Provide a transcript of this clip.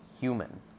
human